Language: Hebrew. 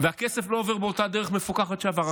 והכסף לא עובר באותה דרך מפוקחת שבה עבר,